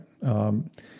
right